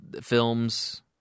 films